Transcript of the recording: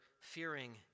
fearing